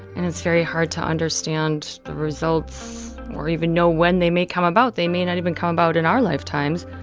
and it's very hard to understand the results or even know when they may come about. they may not even come about in our lifetimes,